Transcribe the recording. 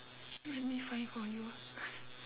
let me find for you ah